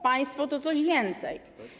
Państwo to coś więcej.